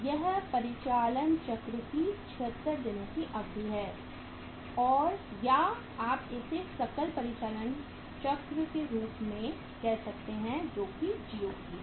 यह परिचालन चक्र की 76 दिनों की अवधि है या आप इसे सकल परिचालन चक्र के रूप में कह सकते हैं जो कि GOC है